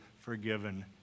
forgiven